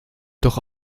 doch